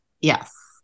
Yes